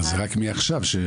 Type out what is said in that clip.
אבל זה רק מעכשיו שעברו.